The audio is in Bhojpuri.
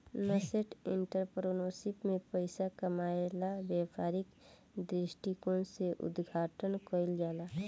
नासेंट एंटरप्रेन्योरशिप में पइसा कामायेला व्यापारिक दृश्टिकोण से उद्घाटन कईल जाला